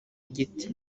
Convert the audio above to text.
igiti